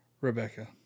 Rebecca